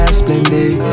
splendid